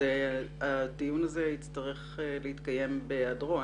אז הדיון הזה יצטרך להתקיים בהיעדרו.